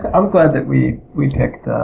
i'm glad that we we picked.